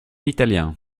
italien